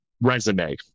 Resume